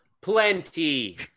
plenty